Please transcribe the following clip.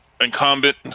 Incumbent